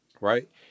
right